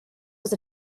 was